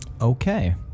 Okay